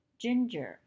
ginger